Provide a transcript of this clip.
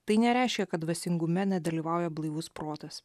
tai nereiškia kad dvasingume nedalyvauja blaivus protas